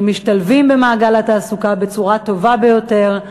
הם משתלבים במעגל התעסוקה בצורה טובה ביותר,